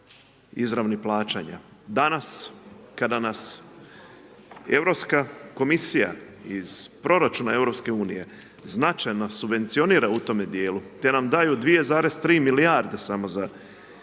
izravnih plaćanja. Danas kada nas Europska komisija iz proračuna EU značajno subvencionira u tome djelu te nam daju 2,3 milijarde samo za